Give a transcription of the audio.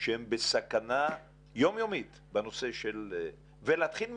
שהם בסכנה יומיומית, ולהתחיל מזה.